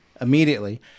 immediately